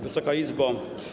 Wysoka Izbo!